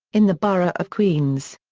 in the borough of queens.